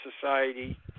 Society